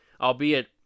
albeit